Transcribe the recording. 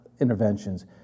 interventions